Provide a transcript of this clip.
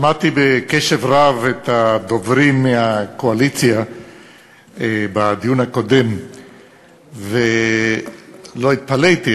שמעתי בקשב רב את הדוברים מהקואליציה בדיון הקודם ולא התפלאתי,